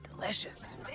delicious